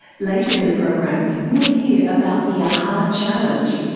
later in the program we'll hear about the a-ha! challenge.